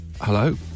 Hello